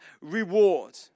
reward